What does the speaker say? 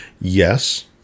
Yes